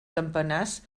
campanars